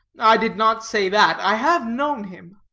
i did not say that. i have known him.